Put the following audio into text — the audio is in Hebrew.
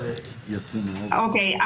אוקיי.